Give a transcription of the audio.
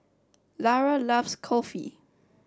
Lara loves Kulfi